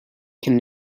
can